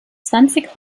zwanzig